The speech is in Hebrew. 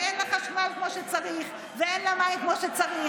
ואין לה חשמל כמו שצריך ואין לה מים כמו שצריך,